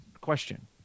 question